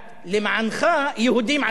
למענך יהודים עשו את הסקר.